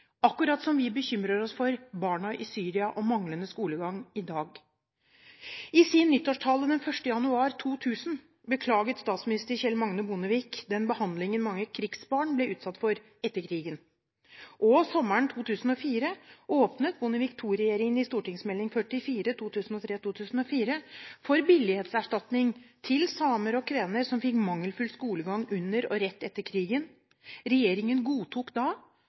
akkurat som vi bekymrer oss for barna i Syria og manglende skolegang i dag. I sin nyttårstale 1. januar 2000 beklaget statsminister Kjell Magne Bondevik den behandlingen mange krigsbarn ble utsatt for etter krigen, og sommeren 2004 åpnet Bondevik II-regjeringen i St.meld. nr. 44 for 2003–2004 for billighetserstatning til samer og kvener som fikk mangelfull skolegang under og rett etter krigen. Regjeringen godtok da